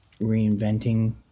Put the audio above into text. reinventing